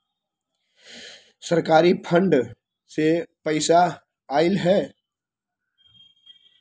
सरकारी फंड से पईसा आयल ह?